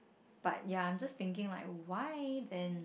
but ya I'm just thinking like why then